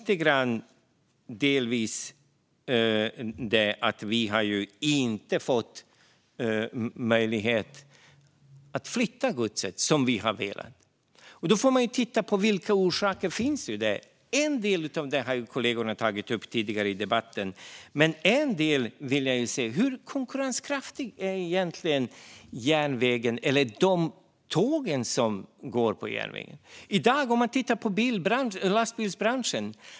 Det handlar delvis om att vi inte har fått flytta gods på det sätt vi hade velat. Vilka är då orsakerna till det? En del av detta har kollegorna tagit upp tidigare i debatten. Men hur konkurrenskraftiga är egentligen järnvägen eller tågen? Man kan titta på lastbilsbranschen.